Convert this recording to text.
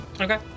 Okay